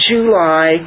July